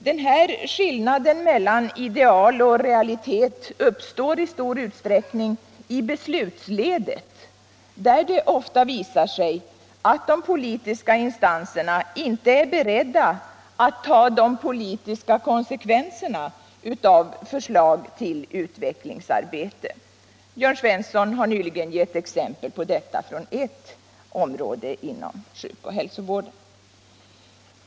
Den här skillnaden mellan ideal och realitet uppstår i stor utsträckning i beslutsledet, där det ofta visar sig att de politiska instanserna inte är beredda att ta de politiska konsekvenserna av olika förslag till utvecklingsarbete. Jörn Svensson har nyligen gett exempel på detta från ett område inom sjukoch hälsovården.